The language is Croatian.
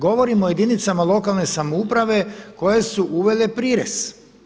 Govorim o jedinicama lokalne samouprave koje su uvele prirez.